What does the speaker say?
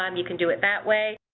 um you can do it that way.